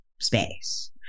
space